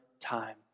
time